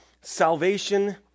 salvation